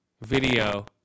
video